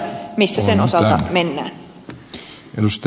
missä sen osalta mennään